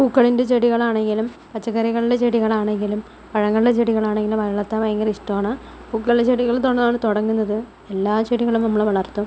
പൂക്കളിൻ്റെ ചെടികൾ ആണെങ്കിലും പച്ചക്കറികളിലെ ചെടികൾ ആണെങ്കിലും പഴങ്ങളുടെ ചെടികൾ ആണെങ്കിലും വളർത്താൻ ഭയങ്കര ഇഷ്ടമാണ് പൂക്കളുടെ ചെടികളിൽ തൊന്നാണ് തുടങ്ങുന്നത് എല്ലാ ചെടികളും നമ്മൾ വളർത്തും